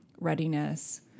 readiness